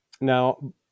Now